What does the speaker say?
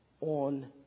on